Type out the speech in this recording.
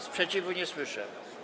Sprzeciwu nie słyszę.